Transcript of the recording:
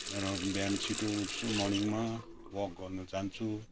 र बिहान छिटो उठ्छु मर्निङमा वाक गर्न जान्छु